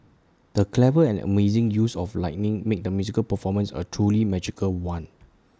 the clever and amazing use of lighting made the musical performance A truly magical one